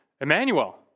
Emmanuel